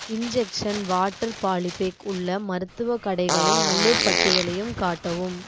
injection water polybag உள்ள மருத்துவக் கடைகளின் முழுப் பட்டியலையும் காட்டவும்